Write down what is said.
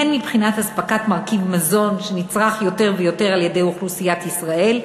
הן מבחינת אספקת מרכיב מזון שנצרך יותר ויותר על-ידי אוכלוסיית ישראל,